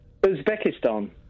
Uzbekistan